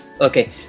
Okay